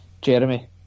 Jeremy